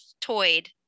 toyed